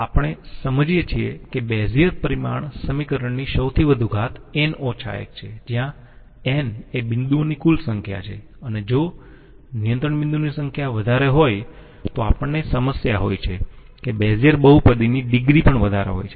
આપણે સમજીએ છીએ કે બેઝીઅર પરિમાણ સમીકરણની સૌથી વધુ ઘાત છે જ્યા n એ બિંદુઓની કુલ સંખ્યા છે અને જો નિયંત્રણ બિંદુઓની સંખ્યા વધારે હોય તો આપણને સમસ્યા હોય છે કે બેઝિયર બહુપદીની ડિગ્રી પણ વધારે હોય છે